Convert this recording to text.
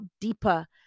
deeper